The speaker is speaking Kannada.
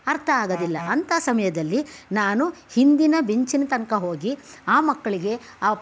ಅರ್ಥ ಆಗೋದಿಲ್ಲ ಅಂತ ಸಮಯದಲ್ಲಿ ನಾನು ಹಿಂದಿನ ಬೆಂಚಿನ ತನಕ ಹೋಗಿ ಆ ಮಕ್ಕಳಿಗೆ